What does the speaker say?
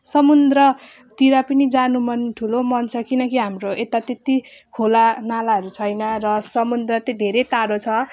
समुद्रतिर पनि जानु मन ठुलो मन छ किनकि हाम्रो यता त्यत्ति खोलानालाहरू छैन र समुद्र चाहिँ धेरै टाढो छ